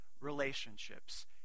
relationships